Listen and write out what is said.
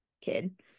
kid